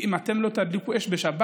כי אם אתם לא תדליקו אש בשבת,